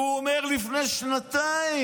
והוא אומר לפני שנתיים,